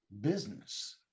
business